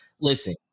listen